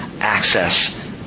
access